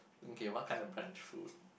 okay what kind of french food